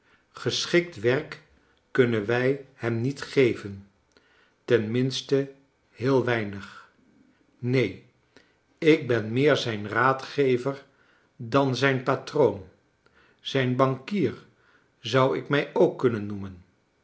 geschikt werk kunnen wij hem niet geven ten minste heel weinig neen ik ben meer zijn raadgever dan zrjn patroon zijn bankier zou ik mij ook kunnen noemen